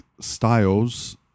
styles